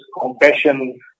compassion